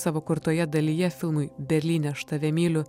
savo kurtoje dalyje filmui berlyne aš tave myliu